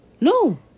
No